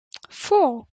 four